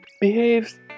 behaves